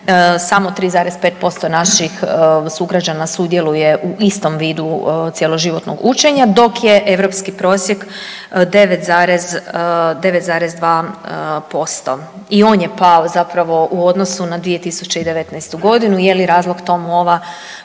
samo 3,5% naših sugrađana sudjeluje u istom vidu cjeloživotnog učenja dok je europski prosjek 9,2% i on je pao zapravo u odnosu na 2019.g. Je li razlog tomu ova